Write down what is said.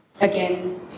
again